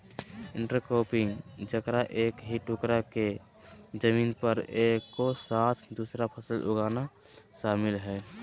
intercropping जेकरा एक ही टुकडा के जमीन पर एगो साथ दु फसल उगाना शामिल हइ